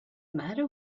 matter